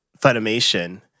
Funimation